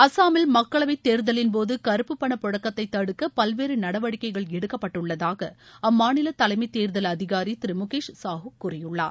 அசாமில் மக்களவை தேர்தலின்போது கருப்பு பண புழக்கத்தை தடுக்க பல்வேறு நடவடிக்கை எடுக்கப்பட்டுள்ளதாக அம்மாநில தலைமை தேர்தல் அதிகாரி திரு முகேஷ் சாஹூ கூறியுள்ளார்